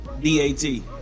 D-A-T